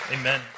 Amen